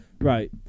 Right